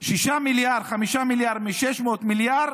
מיליארד, 5 מיליארד, מ-600 מיליארד,